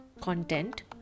content